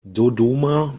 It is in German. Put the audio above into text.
dodoma